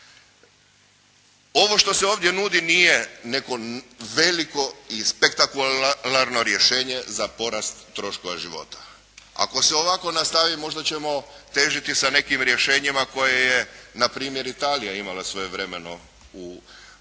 Ovo što se ovdje nudi nije neko velike i spektakularno rješenje za porast troškova života. Ako se ovako nastavi možda ćemo težiti sa nekim rješenjima koja je npr. Italija imala svojevremeno u primjeni,